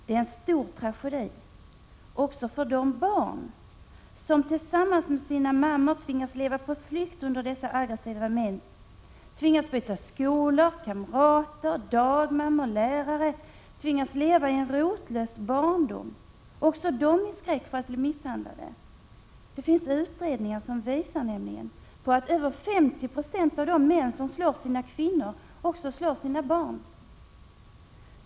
Det är en stor tragedi också för de barn som tillsammans med sina mammor tvingas leva på flykt undan dessa aggressiva män, barn som tvingas byta skolor, kamrater, dagmammor och lärare, barn som tvingas leva i en rotlös barndom, också de i skräck för att bli misshandlade. Det finns nämligen utredningar som visar att över 50 96 av de män som slår sina kvinnor också slår sina barn.